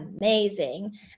amazing